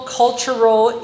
cultural